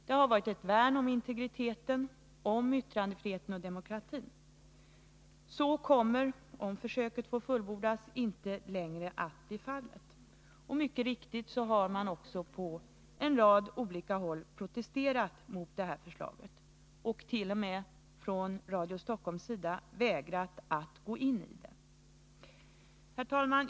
Den har varit ett värn om integriteten, yttrandefriheten och demokratin. Så kommer — om försöket får fullbordas — inte längre att bli fallet. Mycket riktigt har man på en rad olika håll protesterat mot det aktuella förslaget, och Radio Stockholm hart.o.m. vägrat att gå in i försöksverksamheten. Herr talman!